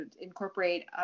incorporate